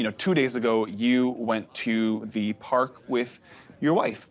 you know two days ago, you went to the park with your wife